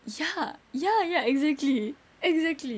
ya ya ya exactly exactly